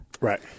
Right